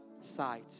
sight